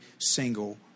single